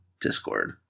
Discord